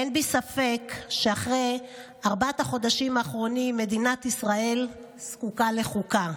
אין בי ספק שאחרי ארבעת החודשים האחרונים מדינת ישראל זקוקה לחוקה,